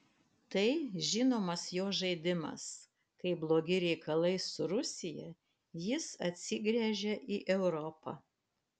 tai žinomas jo žaidimas kai blogi reikalai su rusija jis atsigręžia į europą